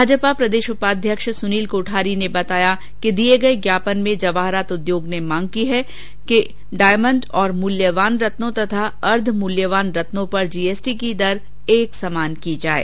भाजपा प्रदेश उपाध्यक्ष सुनील कोटारी ने बताया कि दिये गये ज्ञापन में जवाहरात उद्योग ने मांग की है कि डायमण्ड और मूल्यवान रत्नों तथा अर्द्व मूल्यवान रत्नों पर जीएसटी की दर एक समान की जाये